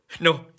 No